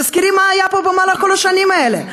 תזכרי מה היה פה במהלך כל השנים האלה.